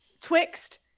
twixt